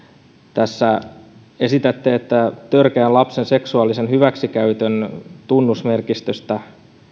tässä esitätte että törkeän lapsen seksuaalisen hyväksikäytön tunnusmerkistöstä